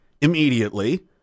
immediately